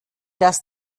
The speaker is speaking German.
dass